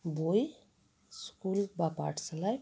বই স্কুল বা পাঠশালায়